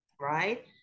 right